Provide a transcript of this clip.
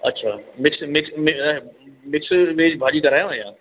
अच्छा mix mix म mix veg भाॼी करायांव छा